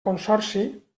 consorci